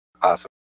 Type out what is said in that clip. awesome